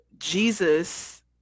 jesus